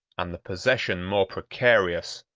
and the possession more precarious,